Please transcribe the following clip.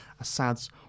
Assad's